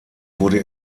wurde